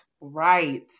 right